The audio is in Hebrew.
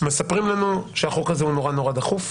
מספרים לנו שהחוק הזה הוא נורא-נורא דחוף,